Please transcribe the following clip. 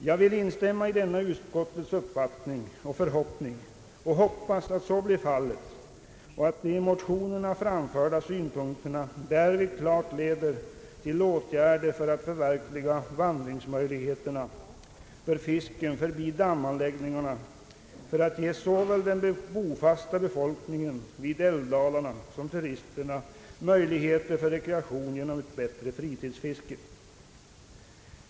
Jag vill instämma i denna utskottets uppfattning och hoppas att så blir fallet och att de i motionerna framförda synpunkterna därvid klart leder till åtgärder för att förverkliga möjligheterna för fisken att vandra förbi dammanläggningarna, detta för att ge såväl den bofasta befolkningen i älvdalarna som turisterna möjligheter till rekreation genom ett bättre fritidsfiske.